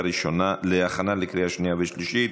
13 בעד,